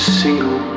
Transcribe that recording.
single